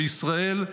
בישראל,